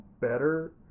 better